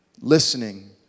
listening